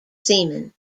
seamen